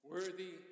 Worthy